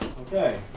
okay